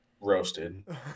roasted